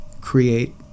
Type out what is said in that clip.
create